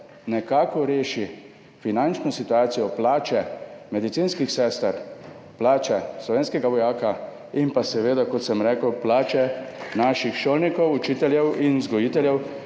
nekako reši finančno situacijo oziroma plače medicinskih sester, plače slovenskega vojaka in pa seveda, kot sem rekel, plače naših šolnikov, učiteljev in vzgojiteljev,